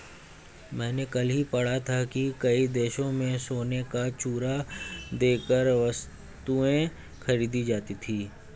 मैंने कल ही पढ़ा था कि कई देशों में सोने का चूरा देकर वस्तुएं खरीदी जाती थी